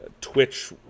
Twitch